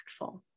impactful